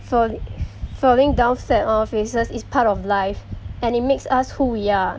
falling falling down flat on our faces is part of life and it makes us who we are